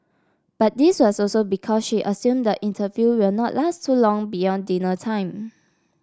but this was also because she assumed the interview will not last too long beyond dinner time